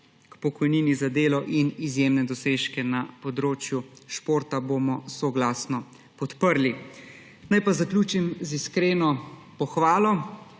k pokojnini za delo in izjemne dosežke na področju športa bomo soglasno podprli. Naj pa zaključim z iskreno pohvalo